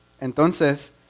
Entonces